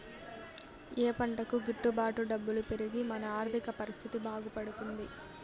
ఏ పంటకు గిట్టు బాటు డబ్బులు పెరిగి మన ఆర్థిక పరిస్థితి బాగుపడుతుంది?